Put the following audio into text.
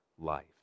Life